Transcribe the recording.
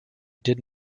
did